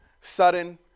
sudden